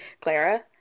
Clara